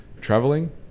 traveling